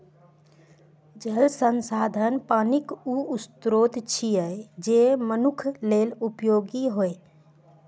जल संसाधन पानिक ऊ स्रोत छियै, जे मनुक्ख लेल उपयोगी होइ